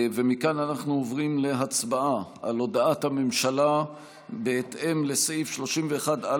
מכאן אנחנו עוברים להצבעה על הודעת הממשלה בהתאם לסעיף 31(א)